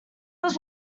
was